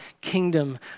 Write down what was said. kingdom